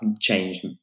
changed